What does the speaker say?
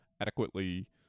adequately